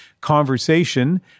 conversation